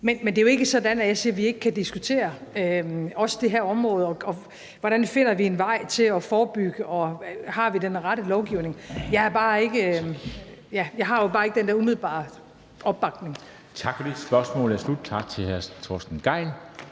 Men det er jo ikke sådan, at jeg siger, at vi ikke kan diskutere også det her område. Hvordan finder vi en vej til at forebygge, og har vi den rette lovgivning? Jeg kan jo bare ikke give den der umiddelbare opbakning.